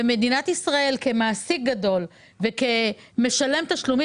מדינת ישראל כמעסיק גדול וכמשלם תשלומים,